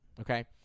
Okay